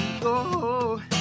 go